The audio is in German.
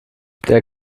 der